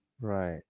Right